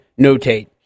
notate